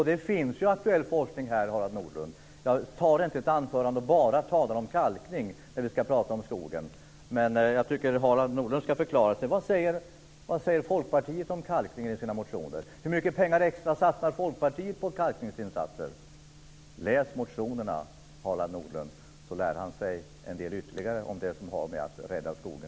Det finns ju aktuell forskning här, Harald Nordlund. Jag tar inte ett anförande för att bara tala om kalkning när vi ska prata om skogen. Jag tycker att Harald Nordlund ska förklara sig. Vad säger Folkpartiet om kalkning i sina motioner? Hur mycket pengar extra satsar Folkpartiet på kalkningsinsatser? Om Harald Nordlund läser motionerna så lär han sig en del ytterligare om det som har att göra med att rädda skogen.